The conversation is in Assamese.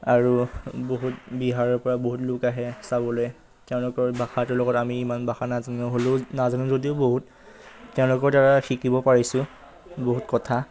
আৰু বহুত বিহাৰৰপৰা বহুত লোক আহে চাবলৈ তেওঁলোকৰ ভাষাটোৰ লগত আমি ইমান ভাষা নাজানো হ'লেও নাজানো যদিও বহুত তেওঁলোকৰদ্বাৰা শিকিব পাৰিছোঁ বহুত কথা